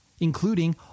including